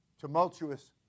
tumultuous